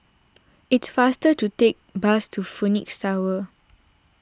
it is faster to take the bus to Phoenix Tower